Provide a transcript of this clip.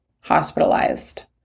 hospitalized